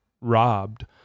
robbed